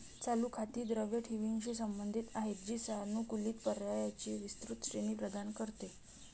चालू खाती द्रव ठेवींशी संबंधित आहेत, जी सानुकूलित पर्यायांची विस्तृत श्रेणी प्रदान करते